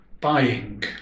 buying